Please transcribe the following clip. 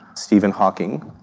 stephen hawking,